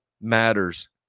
matters